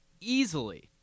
easily